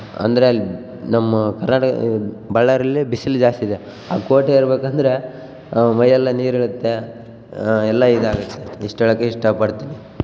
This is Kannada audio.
ಅಂದರೆ ಅಲ್ಲಿ ನಮ್ಮ ಕರ್ನಾಟಕ ಇದು ಬಳ್ಳಾರಿಯಲ್ಲಿ ಬಿಸ್ಲು ಜಾಸ್ತಿ ಇದೆ ಆ ಕೋಟೆ ಏರಬೇಕಂದ್ರೆ ಮೈಯೆಲ್ಲ ನೀರು ಇಳಿಯುತ್ತೆ ಎಲ್ಲ ಇದಾಗುತ್ತೆಇಷ್ಟು ಹೇಳೋಕ್ ಇಷ್ಟಪಡ್ತೀನಿ